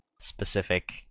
specific